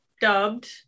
Dubbed